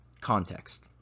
context